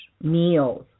meals